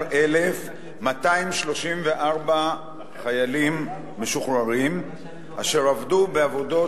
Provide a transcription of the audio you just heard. ל-12,234 חיילים משוחררים אשר עבדו בעבודות